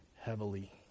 Heavily